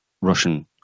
Russian